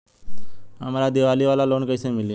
हमरा दीवाली वाला लोन कईसे मिली?